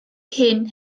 hun